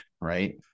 right